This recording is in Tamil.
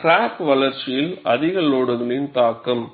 கிராக் வளர்ச்சியில் அதிக லோடுகளின் தாக்கம்